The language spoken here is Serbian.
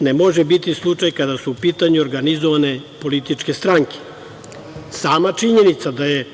ne može biti slučaj kada su u pitanju organizovane političke stranke. Sama činjenica da je